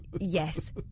yes